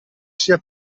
sia